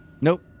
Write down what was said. Nope